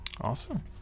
Awesome